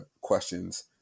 questions